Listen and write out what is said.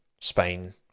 Spain